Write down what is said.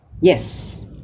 Yes